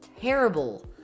terrible